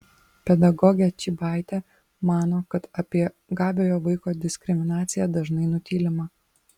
pedagogė čybaitė mano kad apie gabiojo vaiko diskriminaciją dažnai nutylima